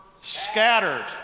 scattered